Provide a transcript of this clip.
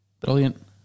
Brilliant